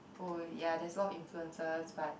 oh ya there's a lot of influences but